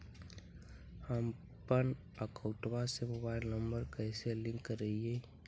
हमपन अकौउतवा से मोबाईल नंबर कैसे लिंक करैइय?